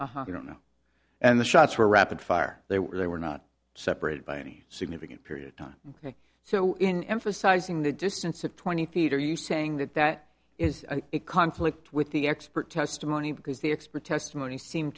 you don't know and the shots were rapid fire they were not separated by any significant period time ok so in emphasizing the distance of twenty feet are you saying that that is a conflict with the expert testimony because the expert testimony seem